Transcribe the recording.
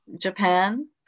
Japan